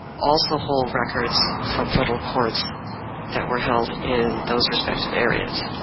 also hold records from federal courts that were held in those respective areas.